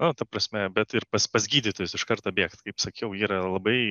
na ta prasme bet ir pas pas gydytojus iš karto bėgt kaip sakiau yra labai